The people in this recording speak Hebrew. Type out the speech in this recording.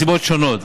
מסיבות שונות.